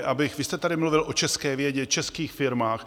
Vy jste tady mluvil o české vědě, českých firmách.